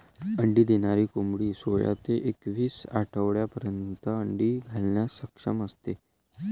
अंडी देणारी कोंबडी सोळा ते एकवीस आठवड्यांपर्यंत अंडी घालण्यास सक्षम असते